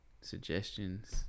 suggestions